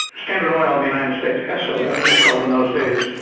standard oil of the united states, esso, as it was called in those days,